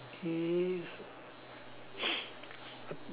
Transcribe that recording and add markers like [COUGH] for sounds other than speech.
is [NOISE]